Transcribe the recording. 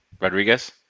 Rodriguez